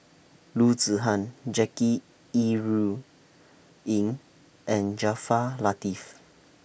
Loo Zihan Jackie Yi Ru Ying and Jaafar Latiff